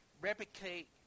replicate